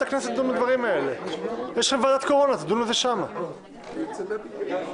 חברי הכנסת, חמש דקות התייעצות סיעתית.